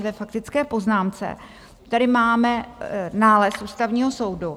Ve faktické poznámce tady máme nález Ústavního soudu .